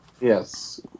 Yes